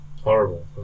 horrible